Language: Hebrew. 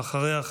ואחריה,